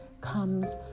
comes